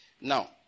Now